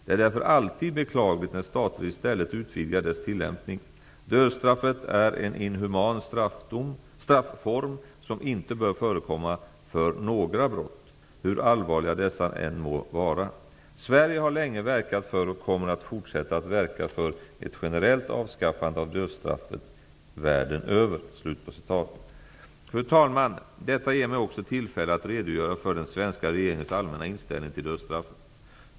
Det är därför alltid beklagligt när stater i stället utvidgar dess tillämpning. Dödsstraffet är en inhuman strafform som inte bör förekomma för några brott, hur allvarliga dessa än må vara. Sverige har länge verkat för och kommer att fortsätta att verka för ett generellt avskaffande av dödsstraffet världen över.'' Fru talman! Detta ger mig också tillfälle att redogöra för den svenska regeringens allmänna inställning till dödsstraffet.